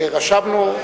רשמנו.